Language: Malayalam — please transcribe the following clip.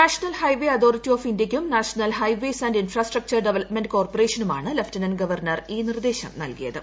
നാഷണൽ ഹൈവേ അതോറിറ്റി ഓഫ് ഇന്ത്യയ്ക്കും national highways and infrastructure development കോർപ്പറേഷനുമാണ് ലഫ്റ്റനന്റ് ഗവർണർ ഈ നിർദ്ദേശം നൽകിയത്